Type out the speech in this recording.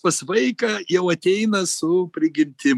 pas vaiką jau ateina su prigimtim